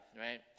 right